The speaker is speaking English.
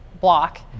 block